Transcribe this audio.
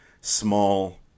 small